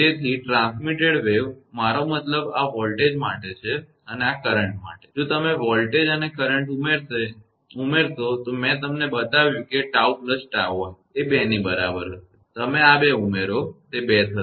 તેથી પ્રસારિત તરંગ મારો મતલબ આ વોલ્ટેજ માટે છે અને આ કરંટ માટે છે જો તમે વોલ્ટેજ અને કરંટ ઉમેરશો તો મેં તમને બતાવ્યું કે 𝜏 𝜏𝑖 એ 2 ની બરાબર હશે તમે આ બે ઉમેરો તે 2 થશે